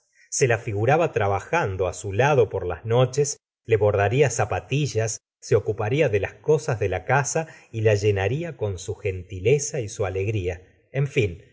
se la figuraba trabajando á su lado por las noches le bordaría zapatillas se ocu parfa de las cosas de la casa y la llenaría con su gentileza y su alegria en fin